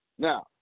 Now